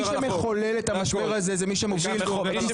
מי שמחולל את המשבר הזה זה מי שמוביל להפיכה